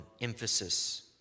emphasis